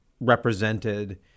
represented